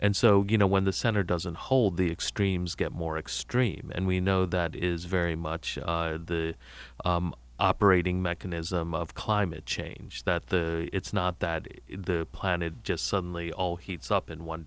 and so you know when the center doesn't hold the extremes get more extreme and we know that is very much the operating mechanism of climate change that the it's not that the planet just suddenly all heats up in one